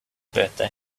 birthday